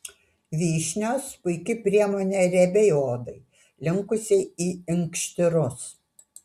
vyšnios puiki priemonė riebiai odai linkusiai į inkštirus